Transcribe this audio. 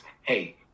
hey